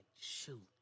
Shoot